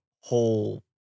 whole